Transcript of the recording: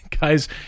Guys